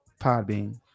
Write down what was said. Podbean